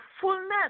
fullness